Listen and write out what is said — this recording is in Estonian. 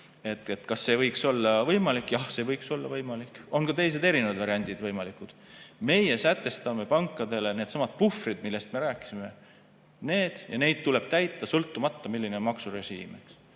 võiks olla võimalik. Jah, see võiks olla võimalik. On ka teised, erinevad variandid võimalikud. Meie sätestame pankadele needsamad puhvrid, millest me rääkisime, ja neid tuleb täita sõltumata, milline on maksurežiim.